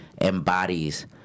embodies